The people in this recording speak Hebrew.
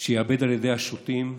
שייאבד על ידי השוטים והרשעים?